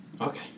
Okay